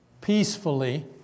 peacefully